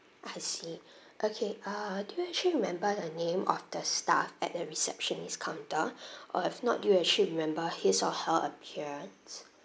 I see okay uh do you actually remember the name of the staff at the receptionist counter or if not do you actually remember his or her appearance